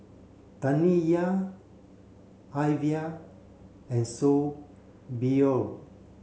Taniya Alyvia and